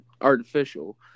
artificial